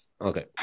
Okay